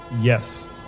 Yes